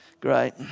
great